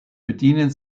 bedienen